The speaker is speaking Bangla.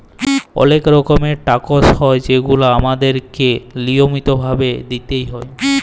অলেক রকমের ট্যাকস হ্যয় যেগুলা আমাদেরকে লিয়মিত ভাবে দিতেই হ্যয়